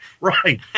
Right